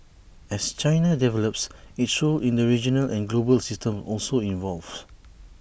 as China develops its role in the regional and global system also evolves